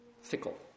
fickle